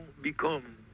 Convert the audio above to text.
become